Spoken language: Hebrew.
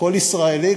לכל ישראלי,